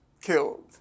killed